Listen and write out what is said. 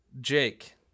Jake